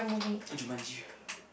Jumanji